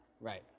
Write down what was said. Right